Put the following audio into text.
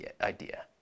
idea